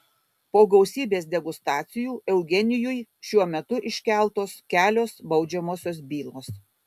po gausybės degustacijų eugenijui šiuo metu iškeltos kelios baudžiamosios bylos